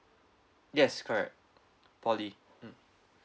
yes correct poly mm